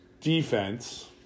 defense